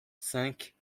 cinq